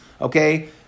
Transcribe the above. okay